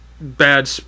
bad